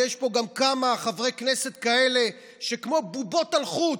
ויש פה גם כמה חברי כנסת כאלה שכמו בובות על חוט,